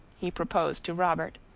he proposed to robert.